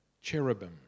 cherubim